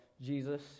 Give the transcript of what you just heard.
Jesus